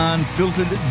Unfiltered